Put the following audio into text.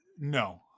No